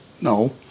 no